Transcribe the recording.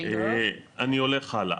אני הולך הלאה.